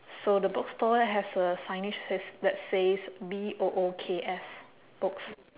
so the bookstore has a signage says that says B O O K S books